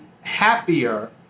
happier